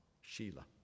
Sheila